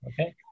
Okay